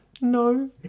no